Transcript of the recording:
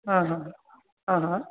हा हा हा हा